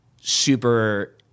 super